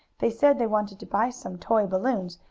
they said they wanted to buy some toy balloons,